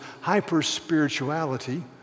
hyper-spirituality